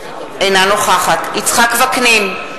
אינה נוכחת יצחק וקנין,